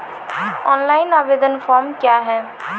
Online आवेदन form क्या हैं?